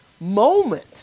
moment